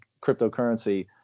cryptocurrency